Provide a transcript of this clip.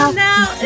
now